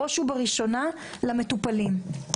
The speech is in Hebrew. בראש ובראשונה למטופלים.